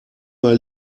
mal